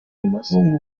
bukungu